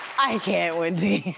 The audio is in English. i can't, wendy.